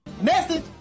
Message